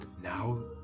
Now